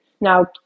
now